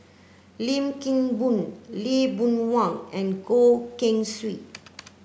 Lim Kim Boon Lee Boon Wang and Goh Keng Swee